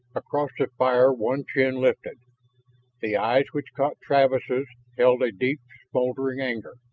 across the fire one chin lifted the eyes which caught travis' held a deep, smoldering anger.